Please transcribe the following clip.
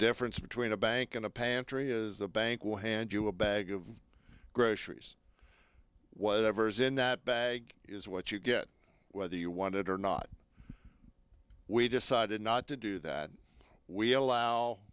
difference between a bank and a pantry is the bank will hand you a bag of groceries was evers in that bag is what you get whether you want it or not we decided not to do that we allow